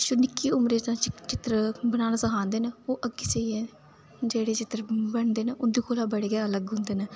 निक्की उमर दा चित्र बनाना सखांदे न ओह् जेह्ड़े अग्गै जाइयै चित्र बनदे न ओह् बड़े गै अलग होंदे न